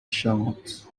charente